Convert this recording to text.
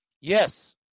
Yes